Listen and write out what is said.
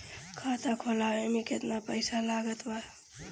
खाता खुलावे म केतना पईसा लागत बा?